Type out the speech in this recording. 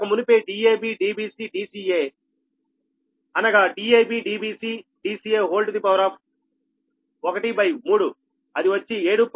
ఇంతకు మునుపే Dab Dbc Dca 13 అది వచ్చి 7